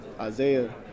Isaiah